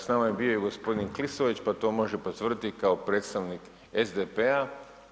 S nama je bio i gospodin Klisović pa to može potvrditi kao predstavnik SDP-a.